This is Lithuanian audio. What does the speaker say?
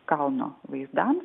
kalno vaizdams